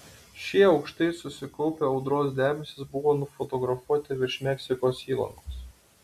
šie aukštai susikaupę audros debesys buvo nufotografuoti virš meksikos įlankos